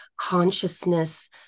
consciousness